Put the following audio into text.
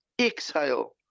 exhale